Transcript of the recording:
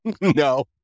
No